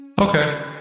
Okay